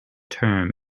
term